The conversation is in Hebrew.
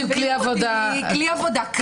כלי התביעה.